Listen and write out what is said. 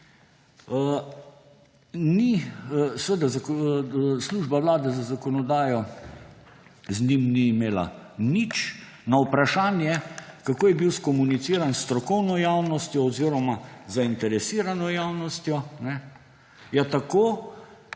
Služba Vlade za zakonodajo z njim ni imela nič, na vprašanje, kako je bil skomuniciran s strokovno javnostjo oziroma z zainteresirano javnostjo – ja tako,